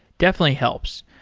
definitely helps.